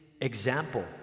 example